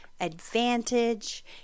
advantage